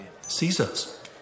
Caesar's